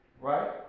Right